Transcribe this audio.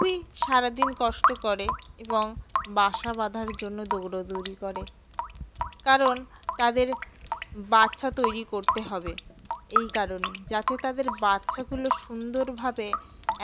খুবই সারাদিন কষ্ট করে এবং বাসা বাঁধার জন্য দৌড়দৌরি করে কারণ তাদের বাচ্চা তৈরি করতে হবে এই কারণে যাতে তাদের বাচ্চাগুলো সুন্দরভাবে